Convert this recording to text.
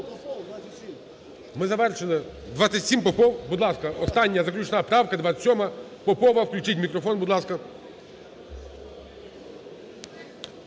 ми завершили. 1927. Попов. Будь ласка, остання, заключна правка 1927 Попова. Включіть мікрофон, будь ласка.